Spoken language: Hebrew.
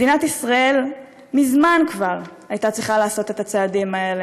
מדינת ישראל מזמן כבר הייתה צריכה לעשות את הצעדים האלה,